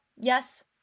Yes